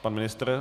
Pan ministr?